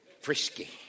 frisky